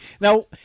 Now